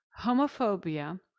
homophobia